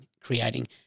creating